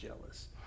jealous